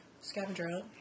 scavenger